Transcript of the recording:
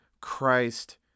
Christ